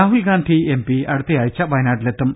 Rahul Gandhi MP അടുത്തയാഴ്ച്ച വയനാട്ടിലെത്തും